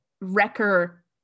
Wrecker